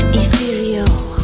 ethereal